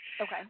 okay